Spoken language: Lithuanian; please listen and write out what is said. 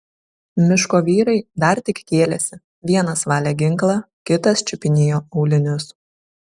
miško vyrai dar tik kėlėsi vienas valė ginklą kitas čiupinėjo aulinius